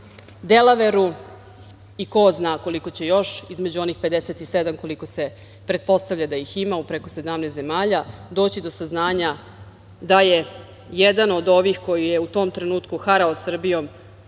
Delaveru i ko zna koliko će još, između onih 57, koliko se pretpostavlja da ih ima u preko 17 zemalja, doći do saznanja da je jedan od ovih koji je u tom trenutku harao Srbijom